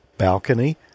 balcony